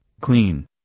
clean